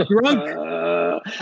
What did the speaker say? drunk